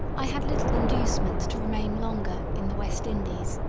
i had little inducement to remain longer in the west indies,